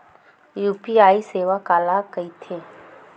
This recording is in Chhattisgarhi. यू.पी.आई सेवा काला कइथे?